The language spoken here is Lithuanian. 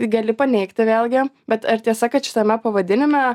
gali paneigti vėlgi bet ar tiesa kad šitame pavadinime